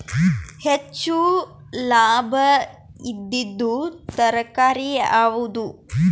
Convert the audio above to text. ಹೆಚ್ಚು ಲಾಭಾಯಿದುದು ತರಕಾರಿ ಯಾವಾದು?